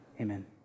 Amen